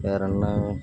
வேறு என்ன